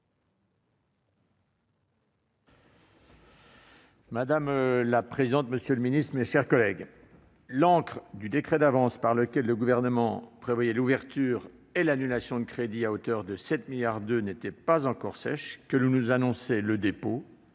Madame la présidente, monsieur le ministre, mes chers collègues, l'encre du décret d'avance par lequel le Gouvernement prévoyait l'ouverture et l'annulation de crédits à hauteur de 7,2 milliards d'euros n'était pas encore sèche que l'on nous annonçait le dépôt,